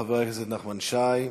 חבר הכנסת נחמן שי,